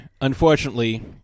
unfortunately